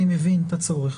אני מבין את הצורך,